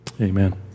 amen